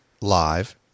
live